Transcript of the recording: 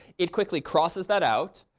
it quickly crosses that out.